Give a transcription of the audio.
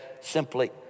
simply